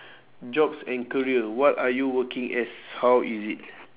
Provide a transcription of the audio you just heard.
jobs and career what are you working as how is it